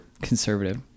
conservative